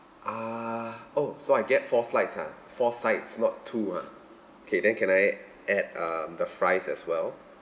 uh oh so I get four slides ah four sides not two ah okay then can I add um the fries as well